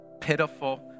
pitiful